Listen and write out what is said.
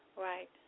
right